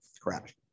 crash